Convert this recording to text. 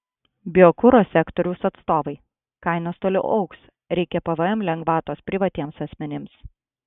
biokuro sektoriaus atstovai kainos toliau augs reikia pvm lengvatos privatiems asmenims